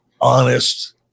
honest